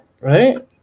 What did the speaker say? right